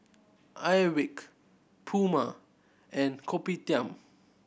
Airwick Puma and Kopitiam